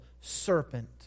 serpent